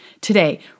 today